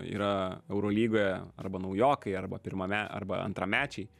yra eurolygoje arba naujokai arba pirmame arba antrame čiai antramečiai